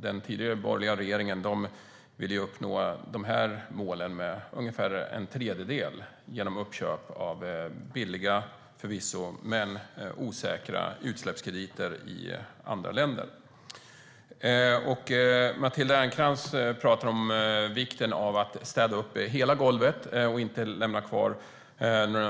Den tidigare borgerliga regeringen ville uppnå de målen till ungefär en tredjedel genom uppköp av förvisso billiga men osäkra utsläppskrediter i andra länder. Matilda Ernkrans talar om vikten av att städa hela golvet och inte lämna kvar